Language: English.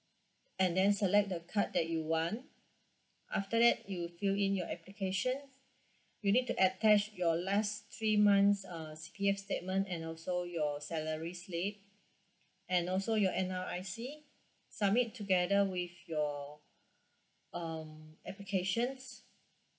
and then select the card that you want after that you fill in your application you need to attach your last three months uh C_P_F statement and also your salary slip and also your N_R_I_C submit together with your um applications